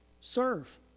Serve